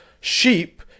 sheep